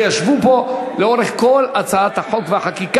שישבו פה לאורך כל הדיון בהצעת החוק,